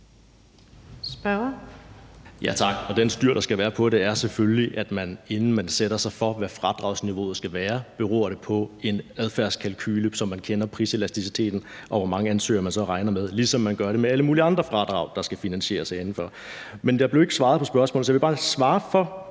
(LA): Tak. Og den styring, der skal være af det, er selvfølgelig, at inden man beslutter sig for, hvad fradragsniveauet skal være, skal det bero på en adfærdskalkule, sådan at man kender priselasticiteten og ved, hvor mange ansøgere man regner med, ligesom man gør det med alle mulige andre fradrag, der skal finansieres. Men der blev ikke svaret på spørgsmålet, så jeg vil bare svare på